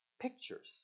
pictures